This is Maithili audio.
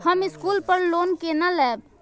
हम स्कूल पर लोन केना लैब?